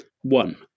One